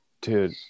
dude